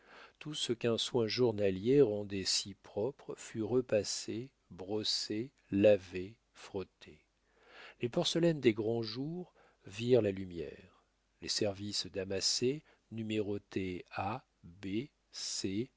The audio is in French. tout ce qu'un soin journalier rendait si propre fut repassé brossé lavé frotté les porcelaines des grands jours virent la lumière les services damassés numérotés